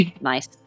Nice